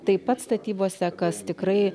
taip pat statybose kas tikrai